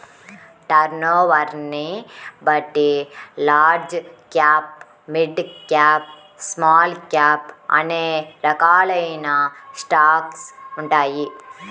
టర్నోవర్ని బట్టి large cap, mid cap, small cap అనే రకాలైన స్టాక్స్ ఉంటాయి